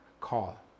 call